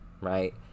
right